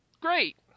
Great